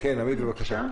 בבקשה,